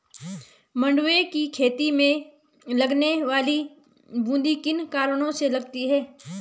मंडुवे की खेती में लगने वाली बूंदी किन कारणों से लगती है?